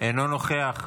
אינו נוכח,